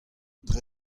dre